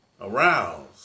aroused